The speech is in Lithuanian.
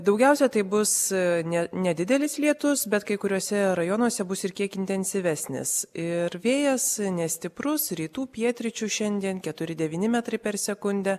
daugiausiai tai bus ne nedidelis lietus bet kai kuriuose rajonuose bus ir kiek intensyvesnis ir vėjas nestiprus rytų pietryčių šiandien keturi devyni metrai per sekundę